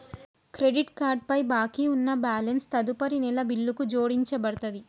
credit card పై బాకీ ఉన్న బ్యాలెన్స్ తదుపరి నెల బిల్లుకు జోడించబడతది